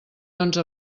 onze